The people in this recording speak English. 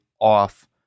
off